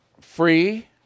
free